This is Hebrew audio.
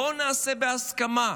בואו נעשה בהסכמה,